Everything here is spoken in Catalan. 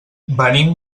venim